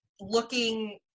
looking